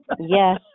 Yes